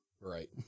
Right